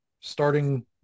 starting